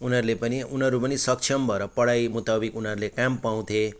उनीहरूले पनि उनीहरू पनि सक्षम भएर पढाइ मुताबिक उनीहरूले काम पाउँथे